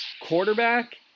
quarterback